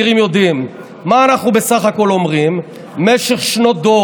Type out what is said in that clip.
(חבר הכנסת יואב בן צור יוצא מאולם המליאה.) ראש הממשלה נפתלי בנט: